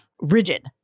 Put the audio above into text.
rigid